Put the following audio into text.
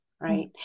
right